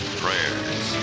prayers